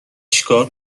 چیکار